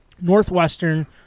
Northwestern